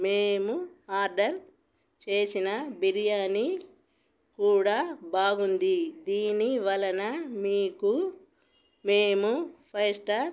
మేము ఆర్డర్ చేసిన బిర్యానీ కూడా బాగుంది దీని వలన మీకు మేము ఫైవ్ స్టార్